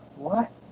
what?